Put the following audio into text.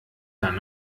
dann